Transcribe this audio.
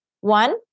One